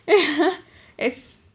yes